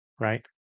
right